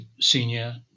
senior